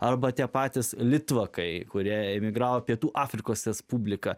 arba tie patys litvakai kurie emigravo pietų afrikos respublika